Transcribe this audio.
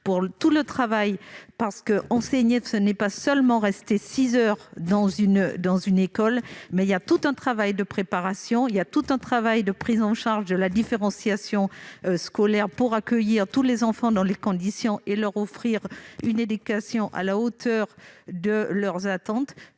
perdre toute crédibilité. Enseigner, ce n'est pas seulement rester six heures dans une école. Cela suppose tout un travail de préparation et de prise en charge de la différenciation scolaire pour accueillir tous les enfants dans de bonnes conditions et leur offrir une éducation à la hauteur de leurs attentes.